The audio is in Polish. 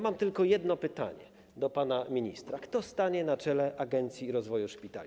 Mam tylko jedno pytanie do pana ministra: Kto stanie na czele Agencji Rozwoju Szpitali?